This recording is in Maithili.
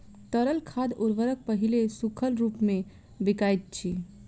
तरल खाद उर्वरक पहिले सूखल रूपमे बिकाइत अछि